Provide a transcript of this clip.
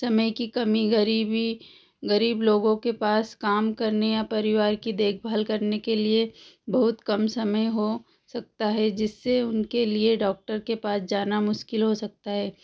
समय की कमी गरीबी गरीब लोगों के पास काम करने या परिवार की देखभाल करने के लिए बहुत कम समय हो सकता है जिससे उनके लिए डॉक्टर के पास जाना मुश्किल हो सकता है